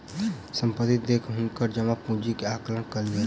संपत्ति देख हुनकर जमा पूंजी के आकलन कयल गेलैन